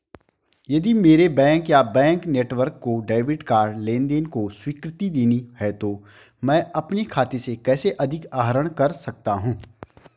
यदि मेरे बैंक या बैंक नेटवर्क को डेबिट कार्ड लेनदेन को स्वीकृति देनी है तो मैं अपने खाते से कैसे अधिक आहरण कर सकता हूँ?